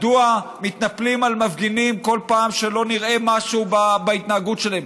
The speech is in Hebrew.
מדוע מתנפלים על מפגינים כל פעם שלא נראה משהו בהתנהגות שלהם?